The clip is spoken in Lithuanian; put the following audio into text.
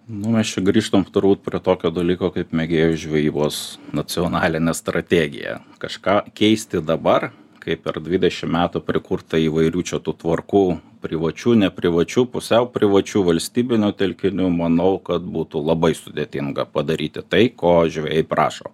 nu mes čia grįžtam turbūt prie tokio dalyko kaip mėgėjų žvejybos nacionalinė strategija kažką keisti dabar kai per dvidešim metų prikurta įvairių čia tų tvarkų privačių neprivačių pusiau privačių valstybinių telkinių manau kad būtų labai sudėtinga padaryti tai ko žvejai prašo